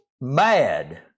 mad